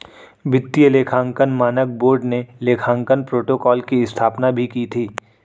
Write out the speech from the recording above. वित्तीय लेखांकन मानक बोर्ड ने लेखांकन प्रोटोकॉल की स्थापना भी की थी